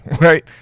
right